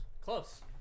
Close